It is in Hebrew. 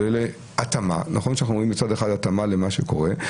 נכון שאנחנו רואים מצד אחד התאמה למה שקורה,